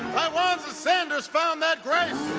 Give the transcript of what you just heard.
tywanza sanders found that grace.